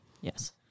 Yes